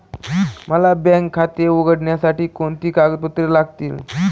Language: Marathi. मला बँक खाते उघडण्यासाठी कोणती कागदपत्रे लागतील?